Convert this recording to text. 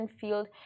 field